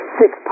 six